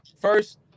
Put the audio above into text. first